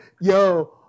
Yo